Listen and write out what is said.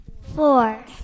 Four